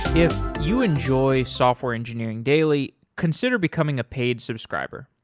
if you enjoy software engineering daily, consider becoming a paid subscriber.